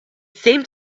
seemed